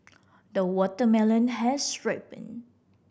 the watermelon has ripened